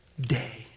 day